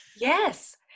Yes